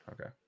okay